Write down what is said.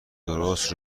درست